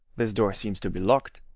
this door seems to be locked.